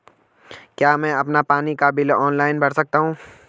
क्या मैं अपना पानी का बिल ऑनलाइन भर सकता हूँ?